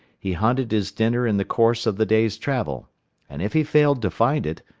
he hunted his dinner in the course of the day's travel and if he failed to find it,